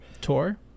Tour